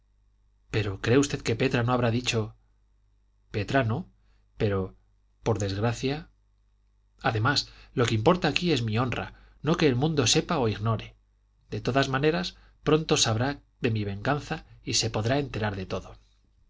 pero cree usted que petra no habrá dicho petra no pero por desgracia además lo que importa aquí es mi honra no que el mundo sepa o ignore de todas maneras pronto sabrá de mi venganza y se podrá enterar de todo